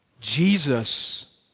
Jesus